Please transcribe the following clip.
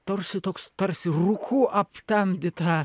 tarsi toks tarsi rūku aptemdyta